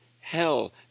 hell